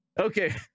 Okay